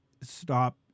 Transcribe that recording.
stop